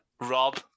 Rob